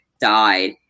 died